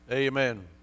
Amen